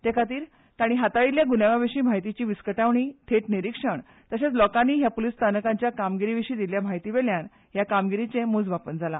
तेखातीर तांणी हाताळिल्ल्या गुन्यांवाविशी म्हायतीची विस्कटावणी थेट निरीक्षण तशेच लोकानी त्या पुलीस स्थानकाच्या कामगिरीविशी दिल्ल्या म्हायतीवेल्यान हे कामगिरीचे मोजमापन जाला